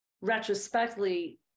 retrospectively